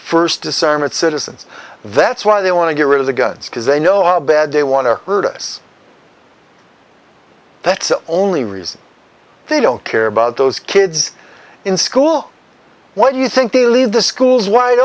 first disarm its citizens that's why they want to get rid of the guns because they know are bad they want to hurt us that's the only reason they don't care about those kids in school why do you think the leave the schools wide